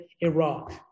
Iraq